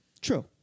True